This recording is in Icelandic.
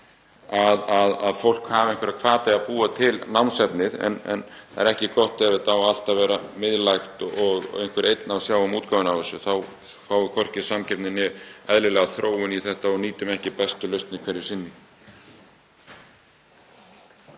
að fólk hafi einhverja hvata til að búa til námsefni. Það er ekki gott ef þetta á allt að vera miðlægt og einhver einn á að sjá um útgáfu á þessu. Þá fáum við hvorki samkeppni né eðlilega þróun í þetta og nýtum ekki bestu lausnir hverju sinni.